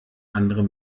andere